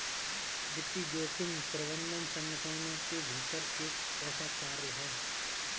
वित्तीय जोखिम प्रबंधन संगठनों के भीतर एक ऐसा कार्य है